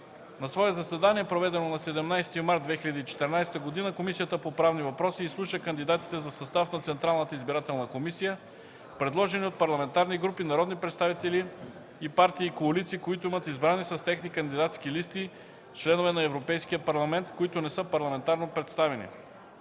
На свое заседание, проведено на 17 март 2014 г., Комисията по правни въпроси изслуша кандидатите за състав на Централната избирателна комисия, предложени от парламентарни групи, народни представители и партии и коалиции, които имат избрани с техни кандидатски листи членове на Европейския парламент, които не са парламентарно представени.